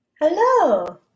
Hello